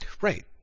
Right